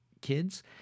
kids